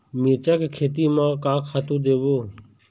मिरचा के खेती म का खातू देबो?